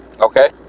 Okay